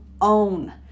own